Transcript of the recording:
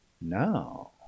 Now